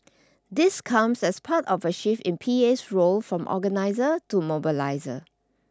this comes as part of a shift in PA's role from organiser to mobiliser